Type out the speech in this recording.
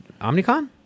Omnicon